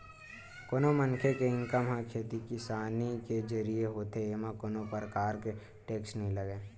कोनो मनखे के इनकम ह खेती किसानी के जरिए होथे एमा कोनो परकार के टेक्स नइ लगय